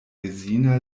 rezina